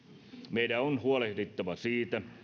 meidän on huolehdittava siitä